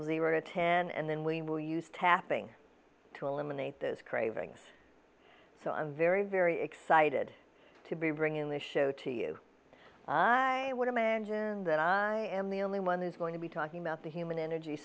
zero to ten and then we will use tapping to eliminate those cravings so i'm very very excited to be bringing the show to you i would imagine that i am the only one who's going to be talking about the human energy